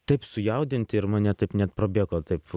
taip sujaudinti ir mane taip net prabėgo taip